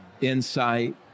insight